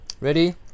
Ready